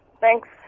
thanks